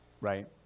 right